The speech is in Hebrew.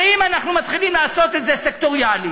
הרי אם אנחנו מתחילים לעשות את זה סקטוריאלי